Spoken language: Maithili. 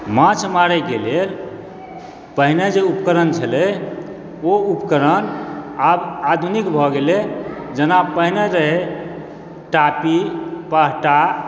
माँछ मारैके लेल पहिने जे उपकरण छलै ओ उपकरण आब आधुनिक भऽ गेलै जेना पहिने रहै टाटी पहटा